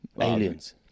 Aliens